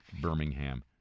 Birmingham